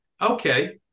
okay